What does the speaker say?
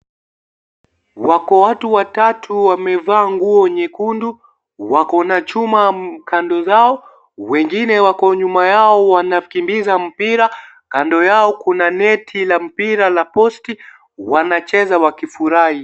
Wako watu watatu wamevaa nguo nyekundu, wako na chuma kando zao, wengine wako nyuma yao wanakimbiza mpira, kando yao kuna neti la mpira la posti, wanacheza wakifurahi.